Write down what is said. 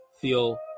feel